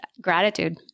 gratitude